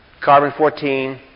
Carbon-14